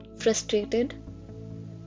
Frustrated